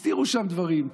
הסתירו שם דברים,